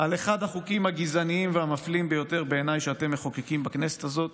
על אחד החוקים הגזעניים והמפלים ביותר שאתם מחוקקים בכנסת הזאת.